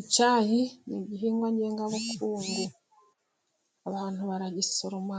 Icyayi ni igihingwa ngengabukungu. Abantu baragisoroma